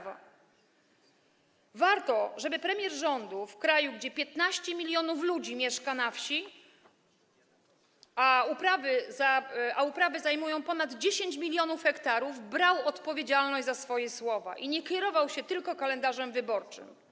Warto, żeby premier rządu w kraju, w którym 15 mln ludzi mieszka na wsi, a uprawy zajmują ponad 10 mln ha, brał odpowiedzialność za swoje słowa i nie kierował się tylko kalendarzem wyborczym.